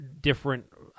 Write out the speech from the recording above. different